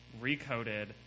recoded